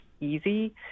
easy